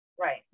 Right